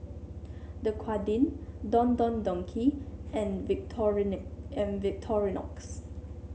Dequadin Don Don Donki and and Victorinox